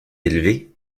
élevé